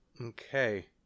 Okay